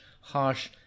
harsh